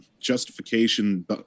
justification